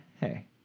hey